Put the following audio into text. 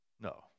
No